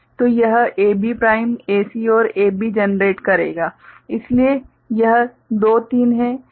तो यह AB prime AC और AB जनरेट करेगा इसलिए यह दो तीन है